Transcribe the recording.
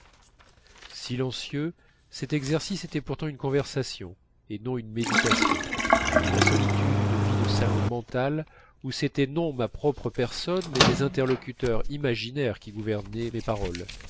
silencieux cet exercice était pourtant une conversation et non une méditation ma solitude une vie de salon mentale où c'était non ma propre personne mais des interlocuteurs imaginaires qui gouvernaient mes paroles